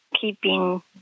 keeping